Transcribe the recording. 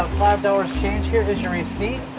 five dollars change. here's your receipt.